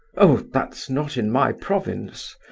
oh, that's not in my province!